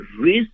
risk